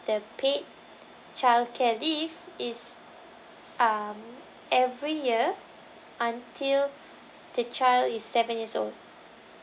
the paid childcare leave it's uh every year until the child is seven years old